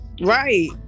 right